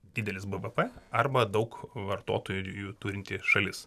didelis bvp arba daug vartotojų turinti šalis